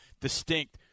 distinct